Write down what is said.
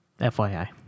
FYI